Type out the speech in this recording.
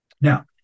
Now